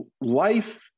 life